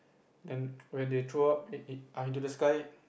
and when they throw out it it into the sky